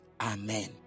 Amen